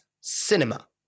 cinema